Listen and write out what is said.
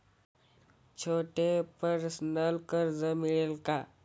छोटे पर्सनल कर्ज मिळेल का?